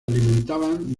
alimentaban